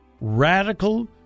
radical